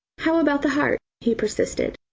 how about the heart? he persisted,